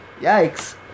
Yikes